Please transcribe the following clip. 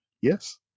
Yes